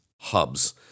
hubs